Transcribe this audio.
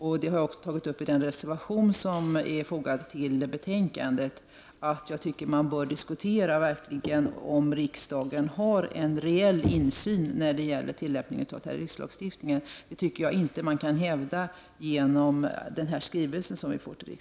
Det nämner jag också i den reservation som är fogad vid betänkandet. Jag anser att man bör diskutera om riksdagen har en reell insyn i fråga om tillämpningen av terroristlagstiftningen. Det tycker jag inte att man kan hävda med tanke på den skrivelse som vi har fått.